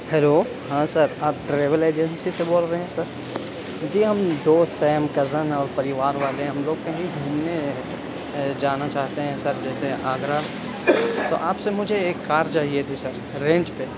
hello ہاں sir آپ travel agency سے بول رہے ہیں سر جی ہم دوست ہیں ہم کزن ہیں اور پریوار والے ہیں ہم لوگ کہیں گھومنے جانا چاہتے ہیں سر جیسے آگرہ تو آپ سے مجھے ایک کار چاہیے تھی سر رینٹ پہ